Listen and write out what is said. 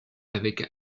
avec